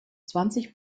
zwanzig